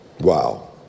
wow